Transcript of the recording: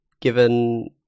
given